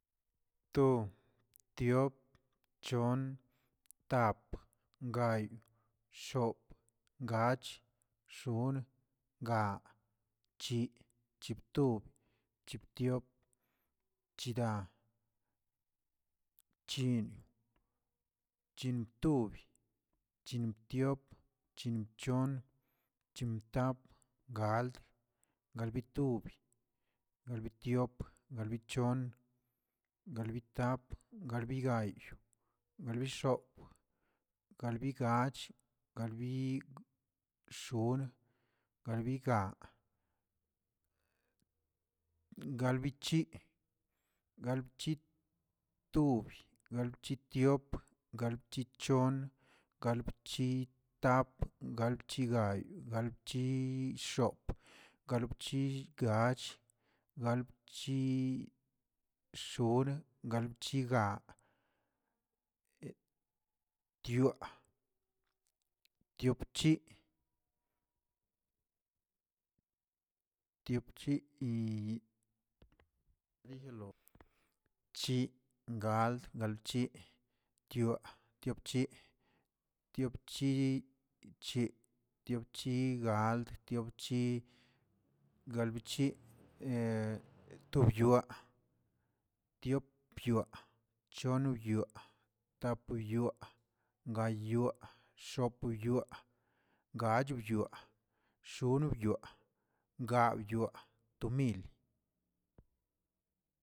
Tu, diop, chon, tap, gay, xop, gach, xonꞌ, gaa, chi, chibtub, chibtiop, chida chinꞌ, chinꞌbtub, chinꞌbdiop, chinꞌbchon, chinbtap, gald, galbitub, galbidiop, galbichon, galbitap, galbigay, galbixop, galbigach, galbixonꞌ, galbigaa, galbichi, galbchitub, galbchidiop, galbchichon, galbchitap, galbchigay, galbchixop, galbchigall, galbchixonꞌ, galbchigaa, tyoaꞌ, tyopchi, tyopchii chii gald, galbchi, tyoa, yopchii, tyopchiche, tyopchigald, tyopchigalbichiꞌ, tobyoaꞌ, tiopyoaꞌ, chonyoaꞌ, tapyoa, gayꞌyoaꞌ, xopyoaꞌ, gachbyoaꞌ, xonꞌbyoa, gaabyoaꞌ, tomili.